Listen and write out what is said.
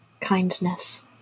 kindness